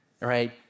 right